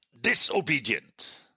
disobedient